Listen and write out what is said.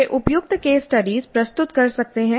वे उपयुक्त case study प्रस्तुत कर सकते हैं